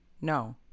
No